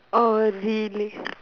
orh really